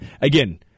again